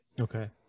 Okay